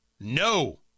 No